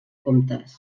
comptes